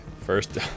First